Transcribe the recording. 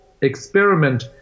experiment